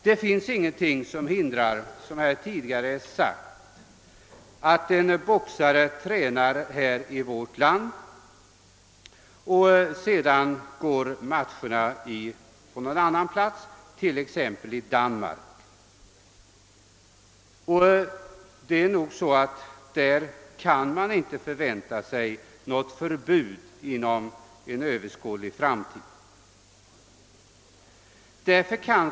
Som tidigare har påpekats finns det ingenting som hindrar alt en boxare tränar i vårt land och sedan går matcherna på någon annan plats, t.ex. i Danmark. Där kan man förmodligen inte vänta något förbud inom överskådlig tid.